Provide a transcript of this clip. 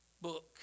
book